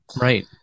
right